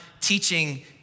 teaching